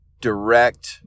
direct